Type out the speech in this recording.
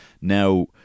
now